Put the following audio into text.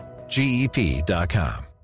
GEP.com